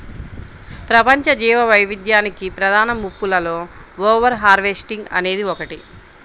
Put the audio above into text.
ప్రపంచ జీవవైవిధ్యానికి ప్రధాన ముప్పులలో ఓవర్ హార్వెస్టింగ్ అనేది ఒకటి